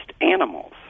animals